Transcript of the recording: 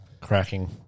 cracking